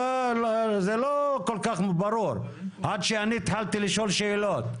זה לא כל-כך ברור עד שאני התחלתי לשאול שאלות.